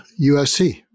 USC